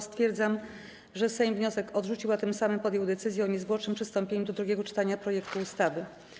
Stwierdzam, że Sejm wniosek odrzucił, a tym samym podjął decyzję o niezwłocznym przystąpieniu do drugiego czytania projektu ustawy.